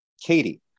Katie